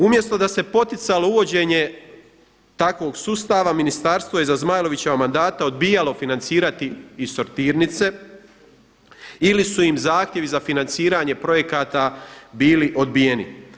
Umjesto da se poticalo uvođenje takvog sustava ministarstvo je za Zmajlovićeva mandata odbijalo financirati i sortirnice ili su im zahtjevi za financiranje projekata bili odbijeni.